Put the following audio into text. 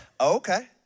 okay